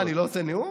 אני לא עושה נאום?